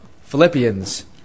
Philippians